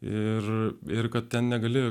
ir ir kad ten negali